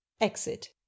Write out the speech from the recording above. Exit